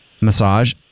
massage